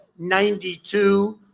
92